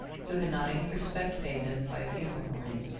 who had not any respect paid them by a funeral mourning,